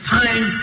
time